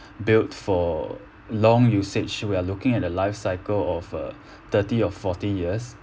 built for long usage so we're looking at a life cycle of uh thirty or forty years